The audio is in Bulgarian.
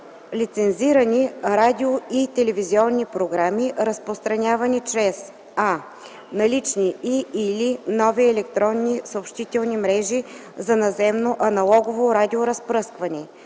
лицензирани радио- и телевизионни програми, разпространявани чрез: а) налични и/или нови електронни съобщителни мрежи за наземно аналогово радиоразпръскване;